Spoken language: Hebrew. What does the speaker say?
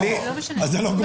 אז זה לא גמ"ח.